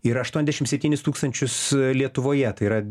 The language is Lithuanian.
ir aštuoniasdešim septynis tūkstančius lietuvoje tai yra